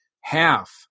half